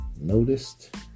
noticed